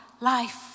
life